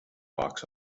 box